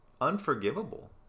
unforgivable